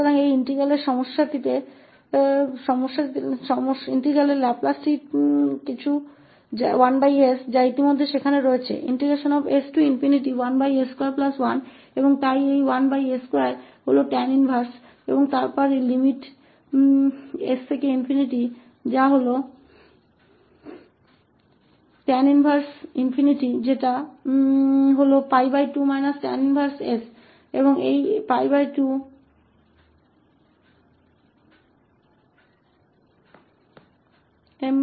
तो यह इंटीग्रल की लाप्लास हो जाएगा 1s के लाप्लास sin tt है जो पहले से ही वहाँ s11s2 ds और यह 11s2 है tan 1s और उसके बाद सीमा 𝑠 को ∞ जो है tan 1 है 2 tan 1s